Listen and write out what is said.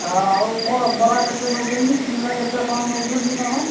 ଆଁ ଆଉ କ'ଣ ବରା କେତେ ନେଉଛନ୍ତି ସିଙ୍ଗଡ଼ା କେତେ କ'ଣ ନେଉଛନ୍ତି କ'ଣ